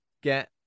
get